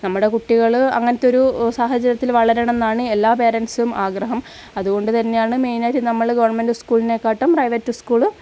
നമ്മുടെ കുട്ടികൾ അങ്ങനത്തെ ഒരു സാഹചര്യത്തിൽ വളരണമെന്നാണ് എല്ലാ പാരൻസും ആഗ്രഹം അതുകൊണ്ട് തന്നെയാണ് മെയിനായിട്ട് നമ്മൾ ഗവൺമെൻ്റ് സ്കൂളിനെക്കാട്ടും പ്രൈവറ്റ് സ്കൂള്